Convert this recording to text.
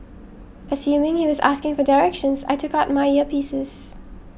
assuming he was asking for directions I took out my earpieces